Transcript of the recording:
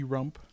Rump